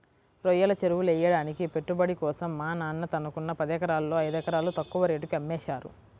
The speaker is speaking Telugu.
రొయ్యల చెరువులెయ్యడానికి పెట్టుబడి కోసం మా నాన్న తనకున్న పదెకరాల్లో ఐదెకరాలు తక్కువ రేటుకే అమ్మేశారు